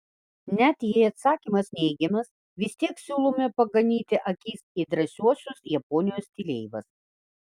net jei atsakymas neigiamas vis tiek siūlome paganyti akis į drąsiuosius japonijos stileivas